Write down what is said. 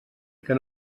que